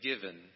given